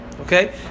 Okay